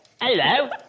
Hello